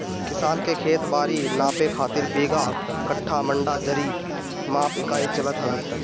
किसान के खेत बारी नापे खातिर बीघा, कठ्ठा, मंडा, जरी माप इकाई चलत हवे